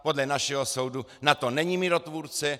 Podle našeho soudu NATO není mírotvůrce.